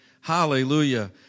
Hallelujah